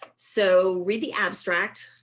so read the abstract.